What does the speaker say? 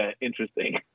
interesting